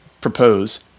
propose